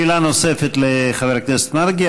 שאלה נוספת לחבר הכנסת מרגי.